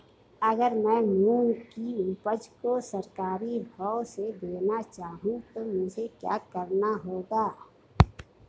अगर मैं मूंग की उपज को सरकारी भाव से देना चाहूँ तो मुझे क्या करना होगा?